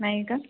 नाही का